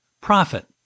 Profit